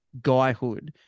guyhood